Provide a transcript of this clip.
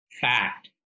fact